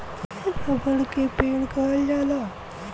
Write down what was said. रबड़ के पेड़ कहल जाला